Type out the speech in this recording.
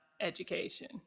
education